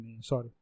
sorry